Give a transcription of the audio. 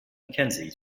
mckenzie